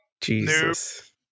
jesus